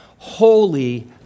holy